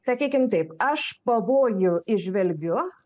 sakykim taip aš pavojų įžvelgiu